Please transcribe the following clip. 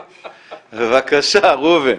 בבקשה, ראובן.